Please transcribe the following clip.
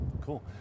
cool